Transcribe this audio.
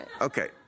Okay